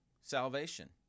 salvation